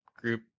Group